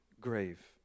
grave